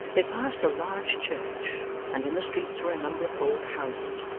they passed a large church and in the streets were a number of old houses,